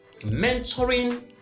mentoring